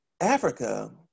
Africa